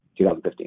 2015